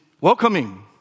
welcoming